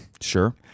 sure